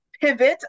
pivot